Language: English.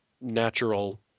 natural